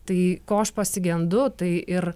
tai ko aš pasigendu tai ir